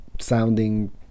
sounding